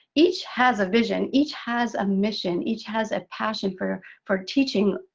each has a vision. each has a mission. each has a passion for for teaching.